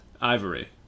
Ivory